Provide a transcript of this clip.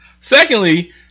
Secondly